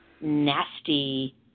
nasty